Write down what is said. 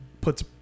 puts